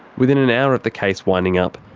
within an hour of the case winding up,